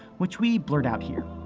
which we blurred out here.